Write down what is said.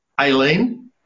Aileen